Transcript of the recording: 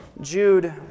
Jude